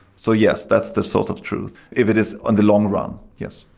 so yes, that's the source of truth if it is on the long run. yes.